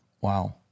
Wow